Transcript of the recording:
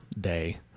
day